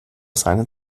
seinen